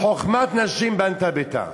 אז תראו, "חכמת נשים בנתה ביתה".